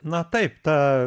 na taip ta